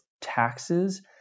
taxes